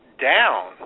down